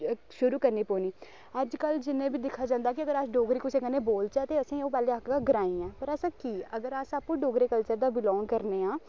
शुरू करनी पौनी अज्जकल जिन्ना बी दिक्खेआ जंदा कि अगर अस डोगरी कुसै कन्नै बोलचे ते असें ओह् पैह्ले आखदा ग्राईं ऐ पर ऐसा की अगर अस आपूं डोगरे कल्चर दा बिलोंग करने आं